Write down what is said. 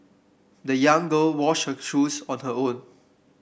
the young girl washed her shoes on her own